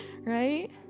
right